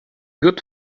good